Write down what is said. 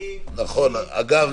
אגב,